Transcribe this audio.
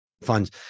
funds